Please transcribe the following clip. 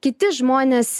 kiti žmonės